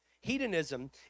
hedonism